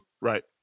Right